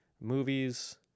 movies